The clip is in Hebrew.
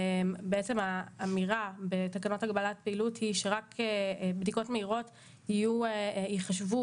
בעצם האמירה בתקנות הגבלת פעילות היא שבדיקות מהירות יחשבו